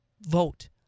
vote